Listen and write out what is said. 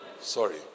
Sorry